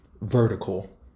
vertical